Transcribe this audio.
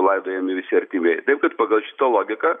laidojami visi artimieji taip kad pagal šitą logiką